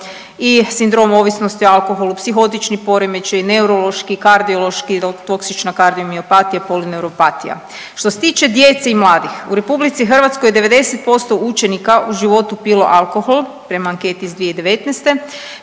i sindrom ovisnosti o alkoholu, psihotični poremećaji, neurološki, kardiološki, dal toksična kardiomiopatija, polineuropatija. Što se tiče djece i mladih u RH je 90% učenika u životu pilo alkohol prema anketi iz 2019.,